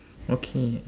okay